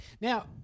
Now